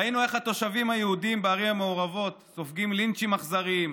ראינו איך התושבים היהודים בערים המעורבות סופגים לינצ'ים אכזריים,